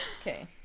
Okay